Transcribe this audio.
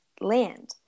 land